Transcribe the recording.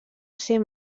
ser